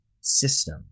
system